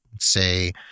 Say